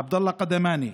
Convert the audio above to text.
עבדאללה קדמאני,